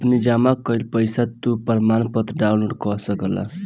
अपनी जमा कईल पईसा के तू प्रमाणपत्र डाउनलोड कअ सकेला